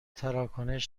تراکنش